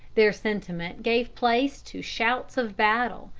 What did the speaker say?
their sentiment gave place to shouts of battle,